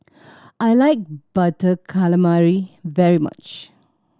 I like Butter Calamari very much